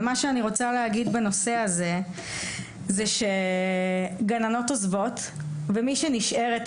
ומה שאני רוצה להגיד בנושא הזה זה שגננות עוזבות ומי שנשארת,